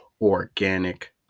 organic